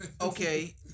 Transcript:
Okay